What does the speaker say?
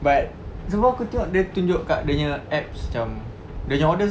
but aku tengok dia tunjuk kat dia nya apps macam dia nya orders